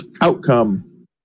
outcome